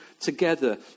together